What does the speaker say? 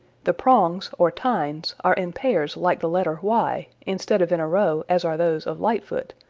the prongs, or tines, are in pairs like the letter y instead of in a row as are those of lightfoot,